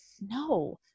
no